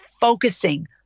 focusing